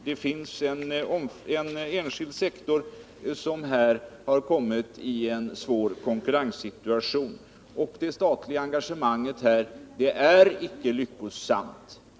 Det finns på detta område en enskild sektor, och den har kommit i en svår konkurrenssituation. Det statliga engagemanget är icke lyckosamt.